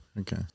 Okay